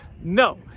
No